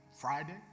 Friday